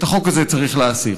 את החוק הזה צריך להסיר.